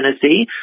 Tennessee